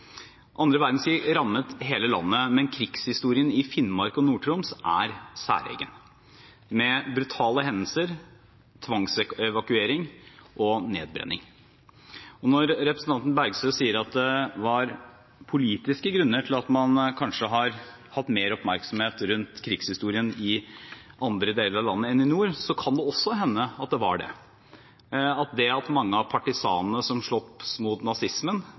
rammet hele landet, men krigshistorien i Finnmark og Nord-Troms er særegen med brutale hendelser, tvangsevakuering og nedbrenning. Når representanten Bergstø sier at det var politiske grunner til at man kanskje har hatt mer oppmerksomhet rundt krigshistorien i andre deler av landet enn i nord, kan det også hende at det var det. At mange av partisanene som slåss mot